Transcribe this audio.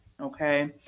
Okay